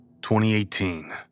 2018